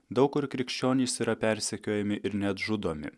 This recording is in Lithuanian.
daug kur krikščionys yra persekiojami ir net žudomi